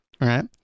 right